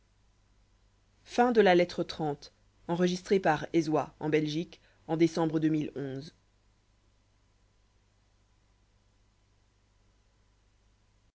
autre lettre de